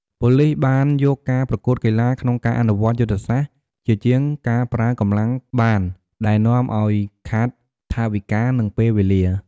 ប៉ូលិសបានយកការប្រគួតកីឡា ក្នុងការអនុវត្តយុទ្ធសាស្ត្រ ជាជាងការប្រើកម្លាំងបានដែលនាំអោយខាតថវិកា និងពេលវេលា។